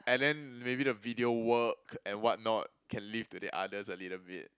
and then maybe the video work and what not can leave to the others a little bit